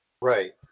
Right